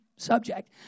Subject